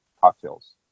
cocktails